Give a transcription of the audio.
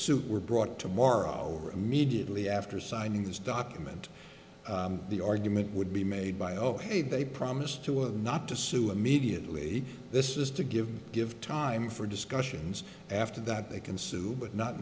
suit were brought tomorrow or immediately after signing this document the argument would be made by ok they promise to not to sue immediately this is to give give time for discussions after that they can sue but not